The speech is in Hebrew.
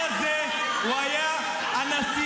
מה הבעיה להגיד